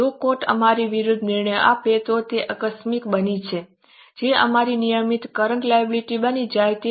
જો કોર્ટ અમારી વિરુદ્ધ નિર્ણય આપે તો તે આકસ્મિક બને છે તે અમારી નિયમિત કરન્ટ લાયબિલિટી બની જાય છે